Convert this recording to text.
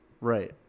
Right